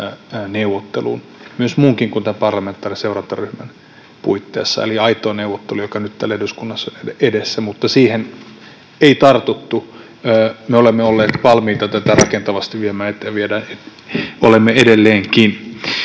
neuvotteluun myös muunkin kuin tämän parlamentaarisen seurantaryhmän puitteissa eli aitoon neuvotteluun siitä, joka on nyt täällä eduskunnan edessä, mutta siihen ei tartuttu. Me olemme olleet valmiita tätä rakentavasti viemään eteenpäin ja olemme edelleenkin.